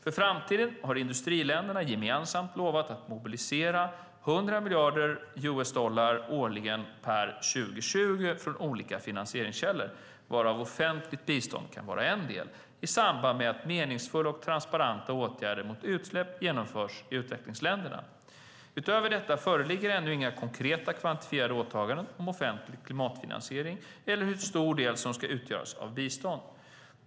För framtiden har industriländerna gemensamt lovat att mobilisera 100 miljarder US dollar årligen per 2020 från olika finansieringskällor, varav offentligt bistånd kan vara en del, i samband med att meningsfulla och transparenta åtgärder mot utsläpp genomförs i utvecklingsländerna. Utöver detta föreligger ännu inga konkreta kvantifierade åtaganden om offentlig klimatfinansiering eller hur stor del som ska utgöras av bistånd.